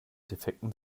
defekten